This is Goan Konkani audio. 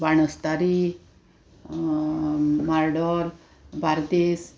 बाणस्तारी मार्डौल बार्देस